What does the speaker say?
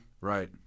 Right